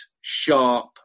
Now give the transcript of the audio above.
sharp